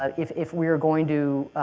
ah if if we are going to